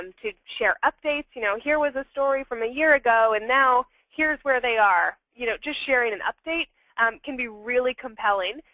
um to share updates you know here was this story from a year ago. and now, here's where they are. you know just sharing an update can be really compelling.